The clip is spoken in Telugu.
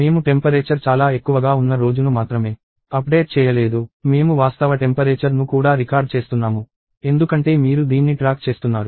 మేము టెంపరేచర్ చాలా ఎక్కువగా ఉన్న రోజును మాత్రమే అప్డేట్ చేయలేదు మేము వాస్తవ టెంపరేచర్ ను కూడా రికార్డ్ చేస్తున్నాము ఎందుకంటే మీరు దీన్ని ట్రాక్ చేస్తున్నారు